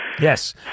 Yes